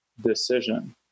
decision